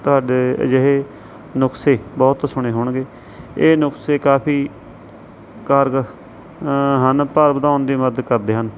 ਤੁਹਾਡੇ ਅਜਿਹੇ ਨੁਸਖੇ ਬਹੁਤ ਸੁਣੇ ਹੋਣਗੇ ਇਹ ਨੁਸਖੇ ਕਾਫ਼ੀ ਕਾਰਗਰ ਹਨ ਭਾਰ ਵਧਾਉਣ ਲਈ ਮਦਦ ਕਰਦੇ ਹਨ